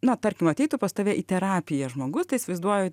na tarkim ateitų pas tave į terapiją žmogus tai įsivaizduoju